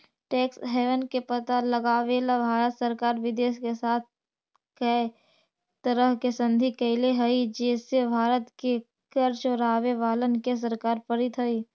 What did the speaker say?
tax haven के पता लगावेला भारत सरकार विदेश के साथ कै तरह के संधि कैले हई जे से भारत के कर चोरावे वालन के सरकार पकड़ित हई